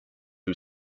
who